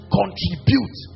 contribute